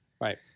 Right